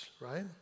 right